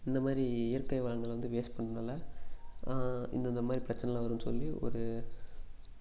இந்த மாதிரி இயற்கை வளங்களை வந்து வேஸ்ட் பண்றனால இந்த இந்த மாதிரி பிரச்சனைலாம் வருன்னு சொல்லி ஒரு